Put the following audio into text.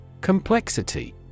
Complexity